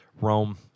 Rome